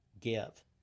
give